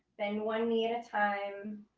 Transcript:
then one knee at a time,